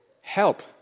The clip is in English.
Help